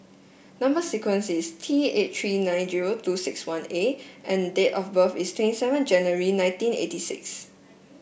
number sequence is T eight three nine zero two six one A and date of birth is twenty seven January nineteen eighty six